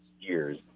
years